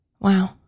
Wow